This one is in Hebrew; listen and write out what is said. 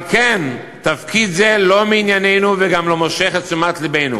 על כן תפקיד זה לא מענייננו וגם לא מושך את תשומת לבנו